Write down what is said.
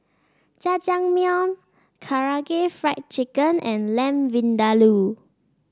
Jajangmyeon Karaage Fried Chicken and Lamb Vindaloo